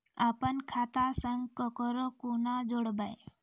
अपन खाता संग ककरो कूना जोडवै?